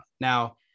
Now